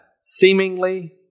seemingly